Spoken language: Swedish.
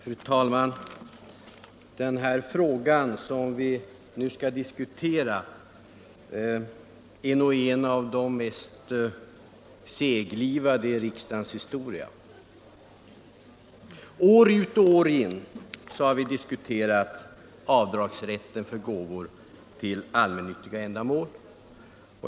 Fru talman! Den fråga som vi nu skall diskutera är nog en av de mest seglivade i riksdagens historia. År ut och år in har vi diskuterat avdragsrätten för gåvor till allmännyttiga ändamål.